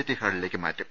T ഹാളിലേക്ക് മാറ്റും